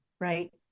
Right